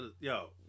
Yo